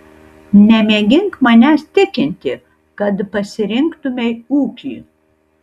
nemėgink manęs tikinti kad pasirinktumei ūkį